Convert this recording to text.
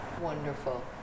Wonderful